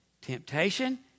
Temptation